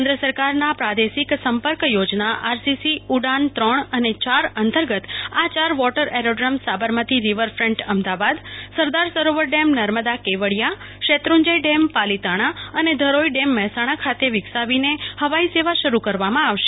કેન્દ્ર સરકારના પ્રાદેશિક સંપર્ક યોજના આરસીસી ઉડાન ત્રણ અને ચાર અંતર્ગત આ ચાર water aerodrome Sabarmati riverfront Ahmedabad Sardar Sarovar dam Narmada Kevadia Shetrunjay dam Palitana અને ધરોઈ ડેમ મહેસાણા ખાતે વિકસાવીને હવાઈ સેવા શરૂ કરવામાં આવશે